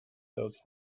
those